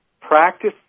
practice